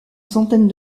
centaine